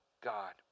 God